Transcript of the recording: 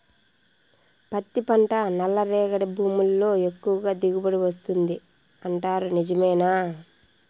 పత్తి పంట నల్లరేగడి భూముల్లో ఎక్కువగా దిగుబడి వస్తుంది అంటారు నిజమేనా